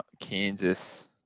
Kansas